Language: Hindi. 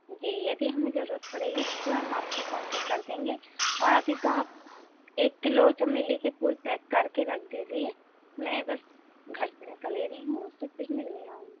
जी यदि हमें जरूरत पड़ेगी तो हम आपको कॉन्टैक कर देंगे और अभी तो आप एक किलो चमेली के फूल पैक करके रख दीजिए मैं बस घर से निकल ही रही हूँ तो फिर मैं ले आऊँगी